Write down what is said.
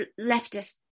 leftist